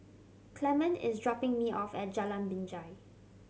Clemon is dropping me off at Jalan Binjai